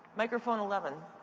microphone eleven.